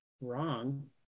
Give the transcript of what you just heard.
wrong